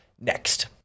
next